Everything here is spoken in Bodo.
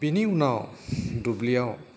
बेनि उनाव दुब्लिआव